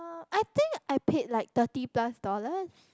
I think I paid like thirty plus dollars